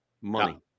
money